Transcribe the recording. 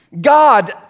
God